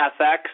FX